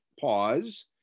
pause